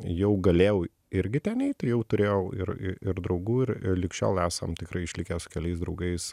jau galėjau irgi ten eit jau turėjau ir i ir draugų ir lig šiol esam tikrai išlikę su keliais draugais